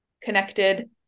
connected